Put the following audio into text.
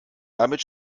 damit